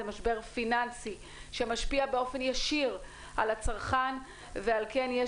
זה משבר פיננסי שמשפיע באופן ישיר על הצרכן ועל כן,